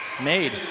made